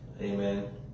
Amen